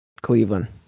Cleveland